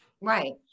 Right